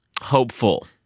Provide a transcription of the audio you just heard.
hopeful